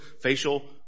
facial